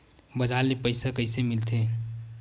बजार ले पईसा कइसे मिलथे?